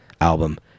album